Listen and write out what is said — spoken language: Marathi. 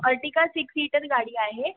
अर्टिका सिक्स सीटर गाडी आहे